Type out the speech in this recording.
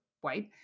white